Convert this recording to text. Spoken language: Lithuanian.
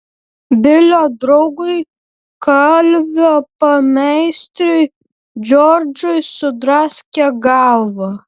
bilio draugui kalvio pameistriui džordžui sudraskė galvą